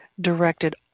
directed